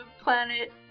planet